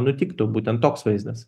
nutiktų būtent toks vaizdas